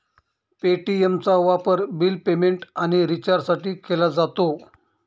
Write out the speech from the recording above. पे.टी.एमचा वापर bill payment आणि रिचार्जसाठी केला जातो